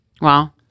Wow